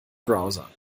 browser